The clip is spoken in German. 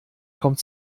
kommt